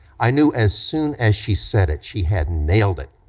i knew as soon as she said it she had nailed it.